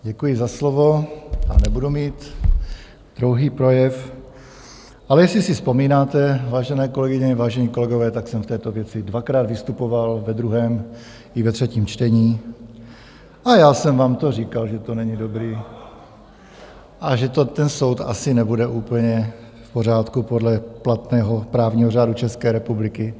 Děkuji za slovo a nebudu mít dlouhý projev, ale jestli si vzpomínáte, vážené kolegyně, vážení kolegové, tak jsem v této věci dvakrát vystupoval ve druhém i ve třetím čtení, a já jsem vám to říkal, že to není dobré a že ten soud asi nebude úplně v pořádku podle platného právního řádu České republiky.